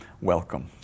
welcome